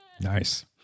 Nice